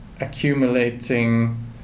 accumulating